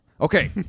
Okay